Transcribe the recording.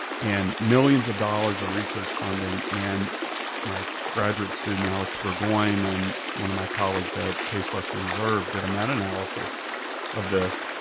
and millions of dollars of research funding. and my graduate student, alex burgoyne, and one of my colleagues at case western reserve did a meta-analysis of this,